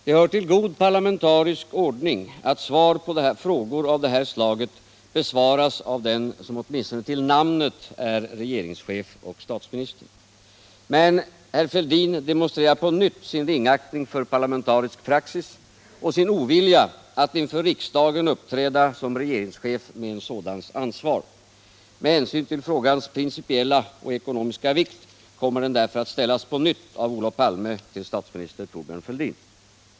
Det hör till god parlamentarisk ordning att frågor av det här slaget besvaras av den som åtminstone till namnet är regeringschef och statsminister, men herr Fälldin demonstrerar på nytt sin ringaktning för parlamentarisk praxis och sin ovilja att inför riksdagen uppträda som regeringschef med en sådans ansvar. Med hänsyn till frågans principiella och ekonomiska vikt kommer den därför att ställas på nytt av Olof Palme till statsminister Thorbjörn Fälldin.